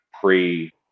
pre